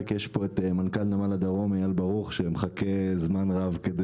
רק נמצא כאן מנכ"ל נמל הדרום אייל ברוך שמחכה זמן רב.